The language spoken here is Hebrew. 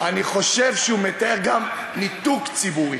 אני חושב שהוא מתאר גם ניתוק ציבורי.